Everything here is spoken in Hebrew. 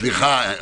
סליחה,